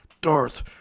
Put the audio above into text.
Darth